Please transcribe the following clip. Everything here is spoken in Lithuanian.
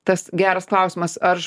tas geras klausimas ar